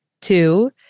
Two